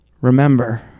remember